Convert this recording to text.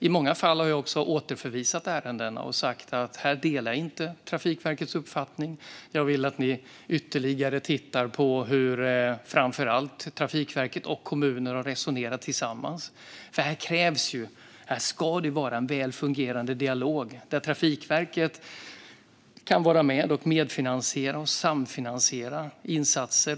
I många fall har jag också återförvisat ärendena och sagt att jag inte delar Trafikverkets uppfattning utan att jag vill att man ytterligare tittar på hur framför allt Trafikverket och kommuner har resonerat tillsammans. Här krävs det en väl fungerande dialog, där Trafikverket kan vara med och medfinansiera och samfinansiera insatser.